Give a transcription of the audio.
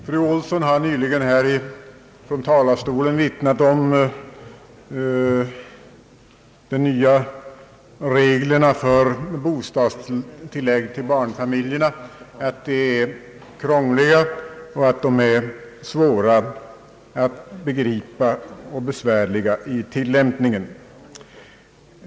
Fru Olsson har för en stund sedan här från talarstolen vittnat om att de nya reglerna för bostadstillägg till barnfamiljerna är krångliga, svåra att begripa och besvärliga i tillämpningen.